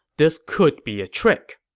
this could be a trick.